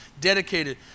dedicated